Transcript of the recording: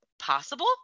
possible